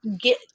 get